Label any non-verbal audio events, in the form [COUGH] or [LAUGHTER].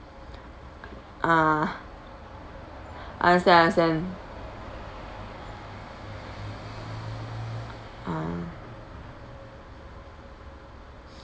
[BREATH] ah understand understand ah [BREATH]